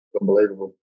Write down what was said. unbelievable